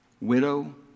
widow